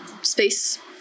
space